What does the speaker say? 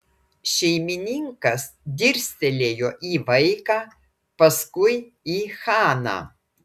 šeimininkas dirstelėjo į vaiką paskui į haną